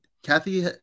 Kathy